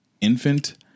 infant